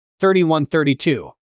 31-32